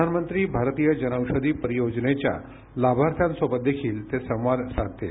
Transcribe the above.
प्रधान मंत्री भारतीय जनौषधी परियोजनेच्या लाभार्थ्यांसोबत देखील ते संवाद साधतील